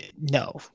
no